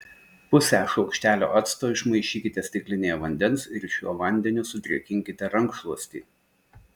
pusę šaukštelio acto išmaišykite stiklinėje vandens ir šiuo vandeniu sudrėkinkite rankšluostį